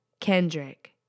Kendrick